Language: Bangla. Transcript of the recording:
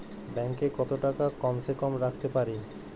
ব্যাঙ্ক এ কত টাকা কম সে কম রাখতে পারি?